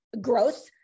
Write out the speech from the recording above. growth